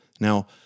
Now